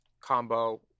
combo